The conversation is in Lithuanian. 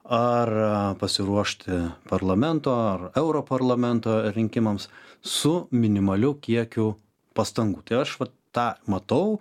ar pasiruošti parlamento ar europarlamento rinkimams su minimaliu kiekiu pastangų tai aš tą matau